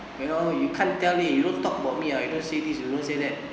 you know you can't tell him you don't talk about me uh you don't say this you don't say that